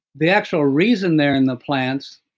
the actual reason there in the plants,